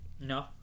No